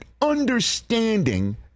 understanding